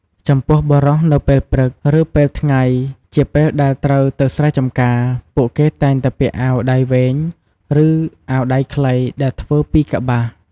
ចំពោះ បុរសនៅពេលព្រឹក ឬ ពេលថ្ងៃជាពេលដែលត្រូវទៅស្រែចំការ ពួកគេតែងតែពាក់អាវដៃវែង ឬ អាវដៃខ្លីដែលធ្វើពីកប្បាស។